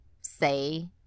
say